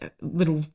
little